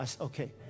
Okay